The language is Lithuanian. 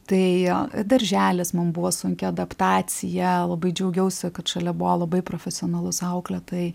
tai darželis mum buvo sunki adaptacija labai džiaugiausi kad šalia buvo labai profesionalūs auklėtojai